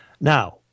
Now